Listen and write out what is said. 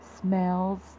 smells